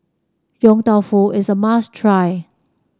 Yong Tau Foo is a must try